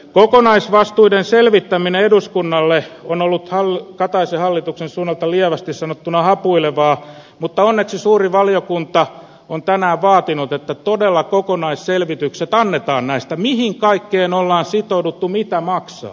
kokonaisvastuiden selvittäminen eduskunnalle on ollut kataisen hallituksen suunnalta lievästi sanottuna hapuilevaa mutta onneksi suuri valiokunta on tänään vaatinut että todella kokonaisselvitykset annetaan näistä mihin kaikkeen on sitouduttu mitä maksaa